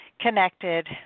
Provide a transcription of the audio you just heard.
connected